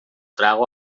trago